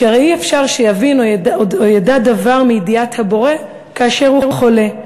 שהרי אי-אפשר שיבין או ידע דבר מידיעת הבורא כאשר הוא חולה,